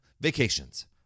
Vacations